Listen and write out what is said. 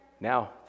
now